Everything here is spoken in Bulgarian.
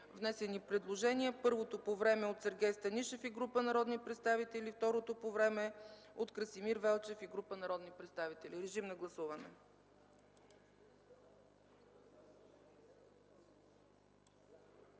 внесени предложения – първото по време от Сергей Станишев и група народни представители, второто по време от Красимир Велчев и група народни представители. Гласували